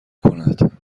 کند